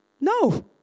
No